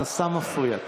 אתה סתם מפריע.